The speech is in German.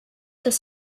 dass